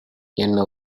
என்ன